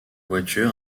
voitures